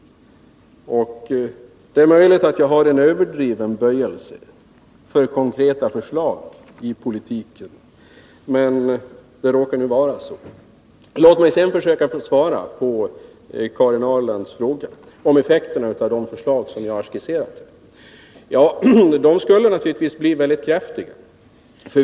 Det är möjligt att jag har en överdriven böjelse för konkreta förslag i politiken, men detta råkar vara min uppfattning. Låt mig sedan försöka svara på Karin Ahrlands frågor om effekterna av de förslag som jag har skisserat. De skulle naturligtvis bli väldigt kraftiga.